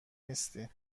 نیستی